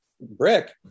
brick